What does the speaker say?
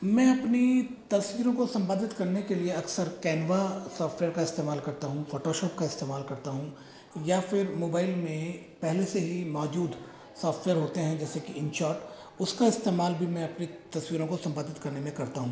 मैं अपनी तस्वीरों को संपादित करने के लिए अक्सर कैनवा सॉफ्टवेयर का इस्तेमाल करता हूँ फोटो शॉप का इस्तेमाल करता हूँ या फिर मोबाइल में पहले से ही मौजूद सॉफ्टवेयर होते हैं जैसे कि इनशॉट उसका इस्तेमाल भी मैं अपनी तस्वीरों को संपादित करने में करता हूँ